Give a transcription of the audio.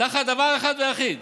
תחת דבר אחד ויחיד: